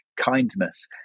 kindness